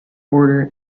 order